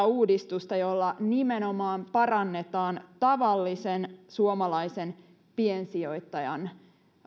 uudistusta jolla nimenomaan parannetaan tavallisen suomalaisen piensijoittajan